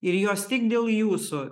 ir jos tik dėl jūsų